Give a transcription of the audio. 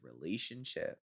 relationship